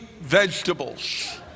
vegetables